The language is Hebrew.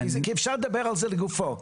כי אפשר לדבר על זה לגופו.